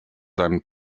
seinem